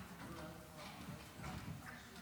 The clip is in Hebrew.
לרשותך חמש דקות.